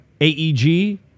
AEG